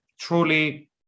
truly